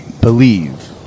Believe